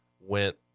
went